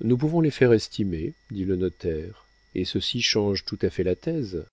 nous pouvons les faire estimer dit le notaire et ceci change tout à fait la thèse